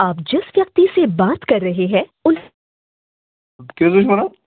کیٛاہ حظ ٲسِو وَنان